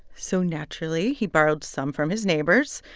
so naturally, he borrowed some from his neighbors.